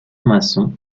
maçon